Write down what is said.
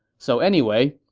so anyway,